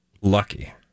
lucky